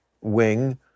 wing